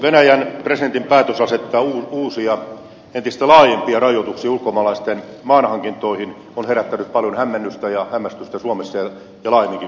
venäjän presidentin päätös asettaa uusia entistä laajempia rajoituksia ulkomaalaisten maanhankintoihin on herättänyt paljon hämmennystä ja hämmästystä suomessa ja laajemminkin kansainvälisesti